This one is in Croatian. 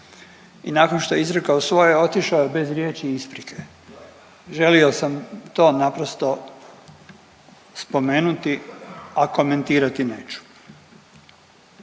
I nakon što je izrekao svoje otišao je bez riječi isprike. Želio sam to naprosto spomenuti a komentirati neću.